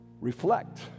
reflect